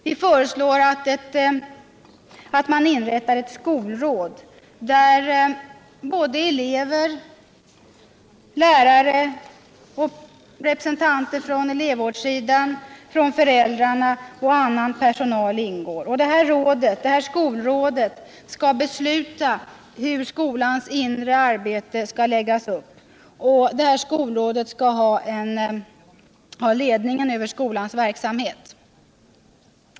Vi föreslår att man inrättar ett skolråd där representanter för eleverna, lärarna, elevrådssidan, annan personal och föräldrarna ingår. Och det här skolrådet skall besluta hur skolans inre arbete skall läggas upp, och rådet skall ha ledningen över skolans verksamhet.